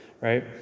right